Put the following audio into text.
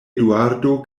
eduardo